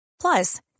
Plus